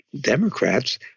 Democrats